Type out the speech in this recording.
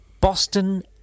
Boston